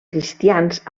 cristians